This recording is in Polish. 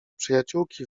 przyjaciółki